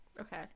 okay